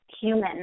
human